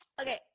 okay